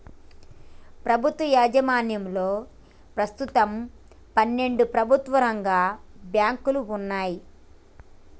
ప్రభుత్వ యాజమాన్యంలో ప్రస్తుతం పన్నెండు ప్రభుత్వ రంగ బ్యాంకులు వున్నయ్